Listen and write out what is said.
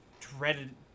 dreaded